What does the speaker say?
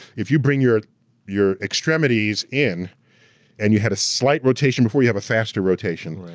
if you bring your your extremities in and you had a slight rotation before, you have a faster rotation.